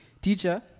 Teacher